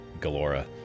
Galora